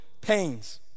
pains